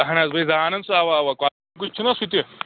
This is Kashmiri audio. اہَن حظ بیٚیہِ زانان سُہ اوا اوا کۄلگامۍ کُے چھُ نا سُہ تہِ